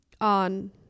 on